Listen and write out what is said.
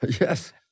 Yes